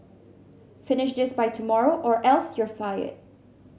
finish this by tomorrow or else you'll fired